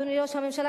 אדוני ראש הממשלה,